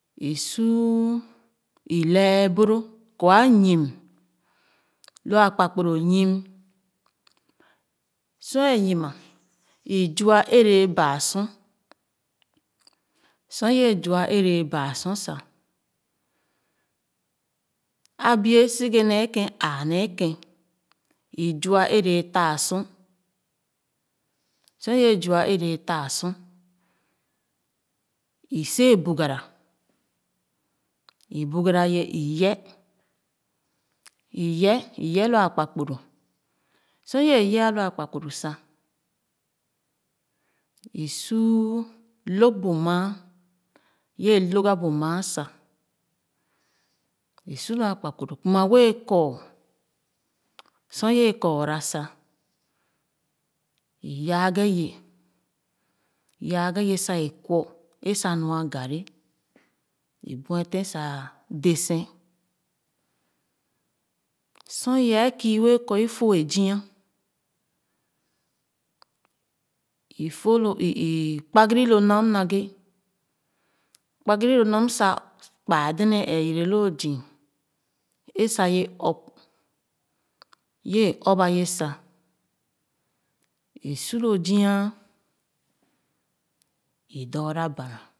I suu i lee boro kɔ a yim lo akpakpuru yim sor ē yim ma o zua ere baa sor sor ye zua erè baa sor sa abie se-ghe nee kèn aa me kèn i zua ere taa sor sor ye zua ere taa sor i sia bogara i bogara ye i yɛh iyɛh iyɛh lo akpakpuru sor ye yɛh lo akpakpuru sa i suu lōg bu maa ye lōg ga bu maa sa i su lo akpakpuru kuma wɛɛ kɔɔ sor iye kɔra sa i yaghe ye yaghe ye sa i kwɔ a sa nua garri i buefen sa dè sen sor ye kii ue kɔ i fo ah zia fo lo i kpagani lo nam naghe kpagari lo nam sa kpaa dèdèn ɛɛ yere loo zii é sa ye ɔp ye ɔp ye sa i’su lo zia i dɔɔra bana.